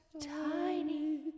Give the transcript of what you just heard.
tiny